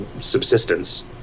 subsistence